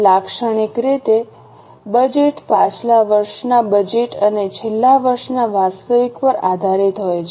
લાક્ષણિક રીતે બજેટ પાછલા વર્ષના બજેટ અને છેલ્લા વર્ષના વાસ્તવિક પર આધારિત હોય છે